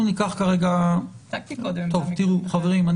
חברים,